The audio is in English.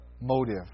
motive